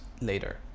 Later